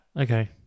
Okay